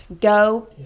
go